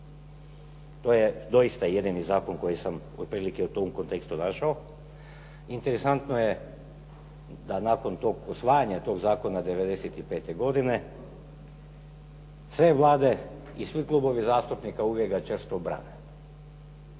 To je doista jedini zakon koji sam otprilike u tom kontekstu našao. Interesantno je da nakon usvajanja tog zakona 95. godine sve Vlade i svi klubovi zastupnika uvijek ga često brane.